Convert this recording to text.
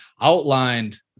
outlined